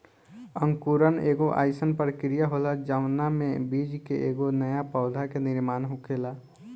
अंकुरण एगो आइसन प्रक्रिया होला जवना में बीज से एगो नया पौधा के निर्माण होखेला